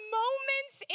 moments